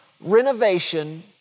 renovation